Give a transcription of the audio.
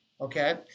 Okay